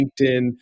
LinkedIn